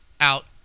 out